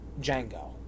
Django